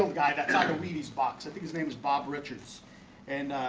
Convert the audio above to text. ah like a wheaties, box. i think his name is bob richards and